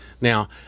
Now